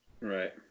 Right